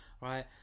right